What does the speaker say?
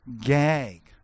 gag